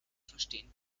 verstehen